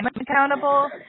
accountable